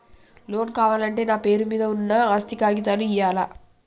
Loan కావాలంటే నా పేరు మీద ఉన్న ఆస్తి కాగితాలు ఇయ్యాలా?